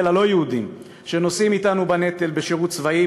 הלא-יהודים שנושאים אתנו בנטל בשירות צבאי,